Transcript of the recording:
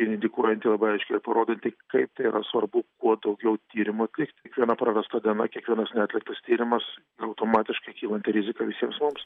indikuojanti labai aiškiai ir parodanti kaip tai yra svarbu kuo daugiau tyrimų atlikt kiekviena prarasta diena kiekvienas neatliktas tyrimas automatiškai kylanti rizika visiems mums